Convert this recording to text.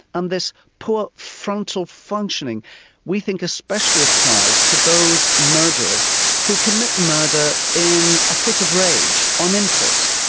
and this poor frontal functioning we think especially applies to those murderers who commit murder in a fit of rage, on impulse,